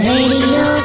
Radio